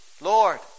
Lord